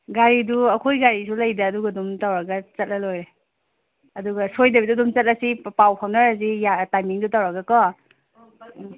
ꯒꯥꯔꯤꯗꯨ ꯑꯩꯈꯣꯏ ꯒꯥꯔꯤꯁꯨ ꯂꯩꯗ ꯑꯗꯨꯒ ꯑꯗꯨꯝ ꯇꯧꯔꯒ ꯆꯠꯂ ꯂꯣꯏꯔꯦ ꯑꯗꯨꯒ ꯁꯣꯏꯗꯕꯤꯗ ꯑꯗꯨꯝ ꯆꯠꯂꯁꯤ ꯄꯥꯎ ꯐꯥꯎꯅꯔꯁꯤ ꯇꯥꯏꯃꯤꯡꯗꯨ ꯇꯧꯔꯒ ꯀꯣ